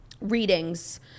readings